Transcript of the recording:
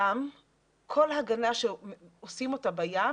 כל הגנה שעושים אותה בים,